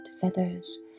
feathers